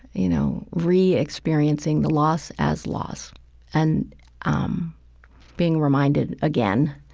you know, re-experiencing the loss as loss and um being reminded again